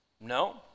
No